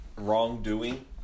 wrongdoing